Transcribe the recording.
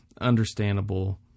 understandable